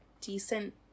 decent